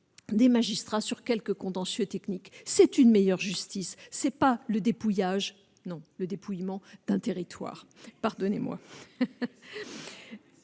des magistrats sur quelques contentieux technique c'est une meilleure justice, ce n'est pas le dépouillage non le dépouillement d'un territoire, pardonnez-moi.